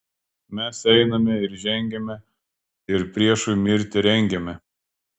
mes einame ir žengiame ir priešui mirtį rengiame